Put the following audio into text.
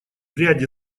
ряде